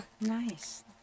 Nice